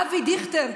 אבי דיכטר,